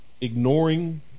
ignoring